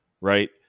right